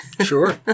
Sure